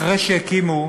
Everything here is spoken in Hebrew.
אחרי שהקימו